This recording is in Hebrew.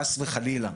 חס וחלילה,